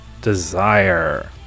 Desire